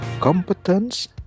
competence